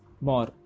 More